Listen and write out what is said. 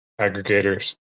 aggregators